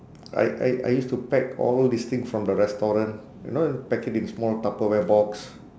I I I used to pack all these thing from the restaurant you know pack it in small tupperware box